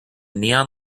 neon